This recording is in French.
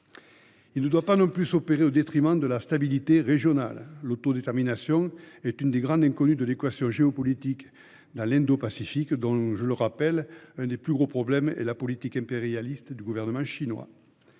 Il ne doit pas non plus s’opérer au détriment de la stabilité régionale. L’autodétermination est une très grande inconnue dans l’équation géopolitique de l’Indo Pacifique, dont je rappelle que le plus gros problème est la politique impérialiste du gouvernement chinois.